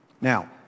Now